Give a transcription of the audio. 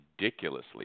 ridiculously